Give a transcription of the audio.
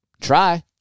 try